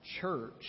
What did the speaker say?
church